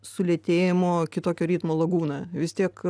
sulėtėjimo kitokio ritmo lagūną vis tiek